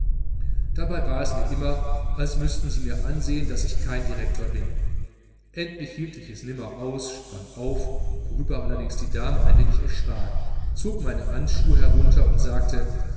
dabei war es mir immer als müßten sie mir ansehen daß ich kein direktor bin endlich hielt ich es nimmer aus sprang auf worüber allerdings die dame ein wenig erschrak zog meine handschuhe herunter und sagte